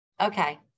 Okay